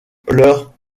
leur